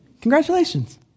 Congratulations